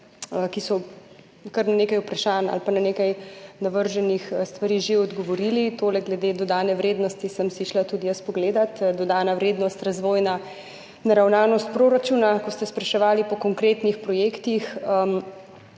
ki so na kar nekaj vprašanj ali pa na nekaj navrženih stvari že odgovorili. Glede dodane vrednosti sem si tudi jaz pogledala, dodana vrednost, razvojna naravnanost proračuna, ko ste spraševali po konkretnih projektih,